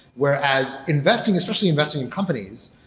whereas investing, especially investing in companies,